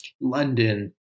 London